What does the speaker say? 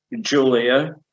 Julia